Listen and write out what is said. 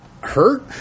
Hurt